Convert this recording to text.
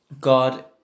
God